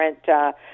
different